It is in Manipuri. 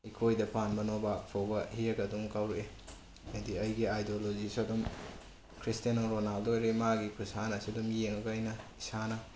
ꯑꯩꯈꯣꯏꯗ ꯄꯥꯟꯕ ꯅꯣꯕꯥꯞ ꯐꯥꯎꯕ ꯍꯦꯛꯑꯒ ꯑꯗꯨꯝ ꯀꯥꯎꯔꯛꯏ ꯍꯥꯏꯗꯤ ꯑꯩꯒꯤ ꯑꯥꯏꯗꯣꯂꯣꯖꯤꯁꯦ ꯑꯗꯨꯝ ꯈ꯭ꯔꯤꯁꯇꯦꯅꯣ ꯔꯣꯅꯥꯜꯗꯣꯅꯤ ꯃꯥꯒꯤ ꯈꯨꯁꯥꯟꯅꯁꯤ ꯗꯨꯝ ꯌꯦꯡꯕ ꯑꯩꯅ ꯏꯁꯥꯅ